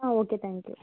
ah okay thank you